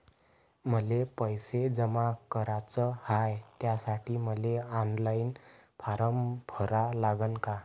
मले पैसे जमा कराच हाय, त्यासाठी मले ऑनलाईन फारम भरा लागन का?